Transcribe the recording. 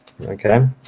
Okay